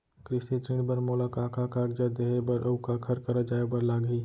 कृषि ऋण बर मोला का का कागजात देहे बर, अऊ काखर करा जाए बर लागही?